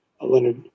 Leonard